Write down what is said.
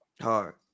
Hard